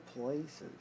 places